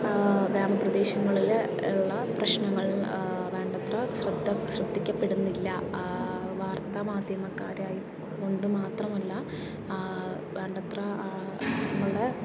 ഗ്രാമ പ്രദേശങ്ങളിൽ ഉള്ള പ്രശ്നങ്ങൾ വേണ്ടത്ര ശ്രദ്ധ ശ്രദ്ധിക്കപ്പെടുന്നില്ല വാർത്താമാധ്യമക്കാരായി കൊണ്ട് മാത്രമല്ല വേണ്ടത്ര നമ്മളുടെ